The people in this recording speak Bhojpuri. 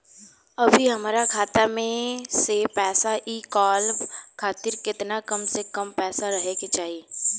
अभीहमरा खाता मे से पैसा इ कॉल खातिर केतना कम से कम पैसा रहे के चाही?